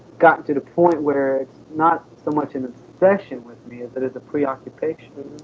gotten to the point where it's not so much an obsession with me as it is a preoccupation